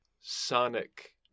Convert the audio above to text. sonic